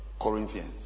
corinthians